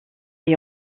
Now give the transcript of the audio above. est